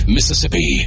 Mississippi